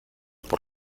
por